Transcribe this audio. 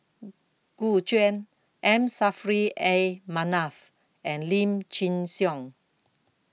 Gu Juan M Saffri A Manaf and Lim Chin Siong